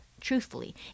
truthfully